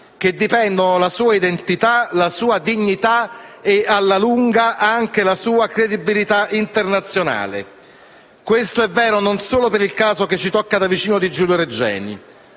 che dipendono la sua identità, la sua dignità e, alla lunga, anche la sua credibilità internazionale. Questo è vero non solo per il caso che ci tocca da vicino di Giulio Regeni.